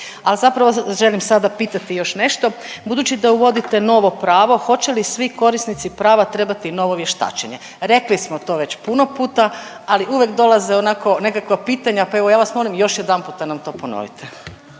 Al zapravo želim sada pitati još nešto. Budući da uvodite novo pravo hoće li svi korisnici prava trebati novo vještačenje? Rekli smo to već puno puta, ali uvijek dolaze onako nekakva pitanja, pa evo ja vas molim još jedanputa nam to ponovite.